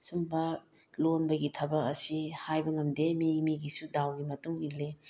ꯁꯨꯝꯕ ꯂꯣꯟꯕꯒꯤ ꯊꯕꯛ ꯑꯁꯤ ꯍꯥꯏꯕ ꯉꯝꯗꯦ ꯃꯤ ꯃꯤꯒꯤꯁꯨ ꯗꯥꯎꯒꯤ ꯃꯇꯨꯡ ꯏꯜꯂꯤ